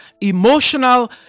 emotional